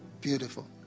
Beautiful